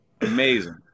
amazing